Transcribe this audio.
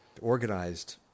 organized